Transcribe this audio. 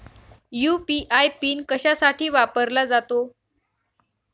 UPI pin कशासाठी वापरला जातो?